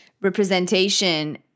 representation